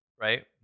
right